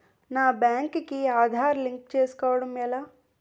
నా బ్యాంక్ కి ఆధార్ లింక్ చేసుకోవడం ఎలా?